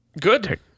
Good